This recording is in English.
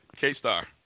K-Star